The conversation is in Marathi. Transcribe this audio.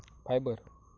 फायबर